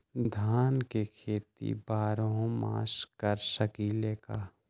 धान के खेती बारहों मास कर सकीले का?